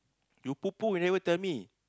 you poo poo you never tell me